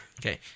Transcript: Okay